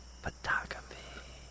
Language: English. photography